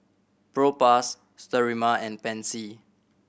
Propass Sterimar and Pansy